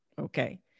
Okay